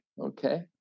okay